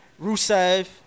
Rusev